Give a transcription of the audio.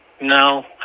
No